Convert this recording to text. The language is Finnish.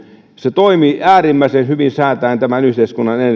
se toimii äärimmäisen hyvin säätäen tämän yhteiskunnan